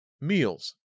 Meals